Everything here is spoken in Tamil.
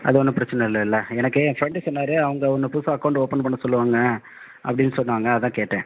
அது ஒன்றும் பிரச்சனை இல்லைல எனக்கு என் ஃப்ரெண்டு சொன்னார் அவங்க உன்ன புதுசாக அக்கவுண்ட் ஓபன் பண்ண சொல்வாங்க அப்படினு சொன்னாங்க அதான் கேட்டேன்